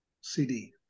CD